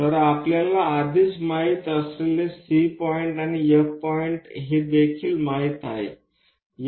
तर आपल्याला आधीच माहित असलेले C बिंदू आणि F बिंदू हे देखील माहित आहे